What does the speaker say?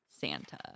Santa